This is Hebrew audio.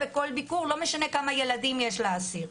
וכל ביקור לא משנה כמה ילדים יש לאסיר.